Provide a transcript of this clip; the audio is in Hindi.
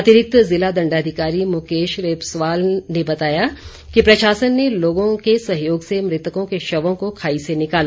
अतिरिक्त ज़िला दंडाधिकारी मुकेश रेपस्वाल ने बताया कि प्रशासन ने लोगों के सहयोग से मृतकों के शवों को खाई से निकाला